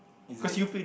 is it